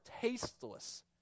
tasteless